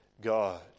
God